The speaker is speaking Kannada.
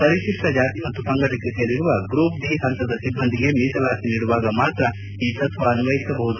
ಪರಿಶಿಷ್ಟ ಜಾತಿ ಮತ್ತು ಪಂಗಡಕ್ಕೆ ಸೇರಿರುವ ಗ್ರೂಪ್ ಡಿ ಹಂತದ ಸಿಬ್ಬಂದಿಗೆ ಮೀಸಲಾತಿ ನೀಡುವಾಗ ಮಾತ್ರ ಈ ತತ್ವ ಅನ್ವಯಿಸಬಹುದು